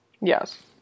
Yes